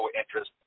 interest